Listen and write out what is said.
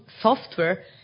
software